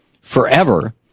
forever